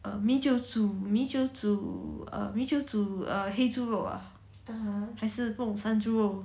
err 黑猪肉 ah 还是不懂山猪肉